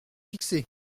fixé